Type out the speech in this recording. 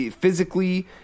Physically